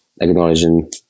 acknowledging